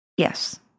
Yes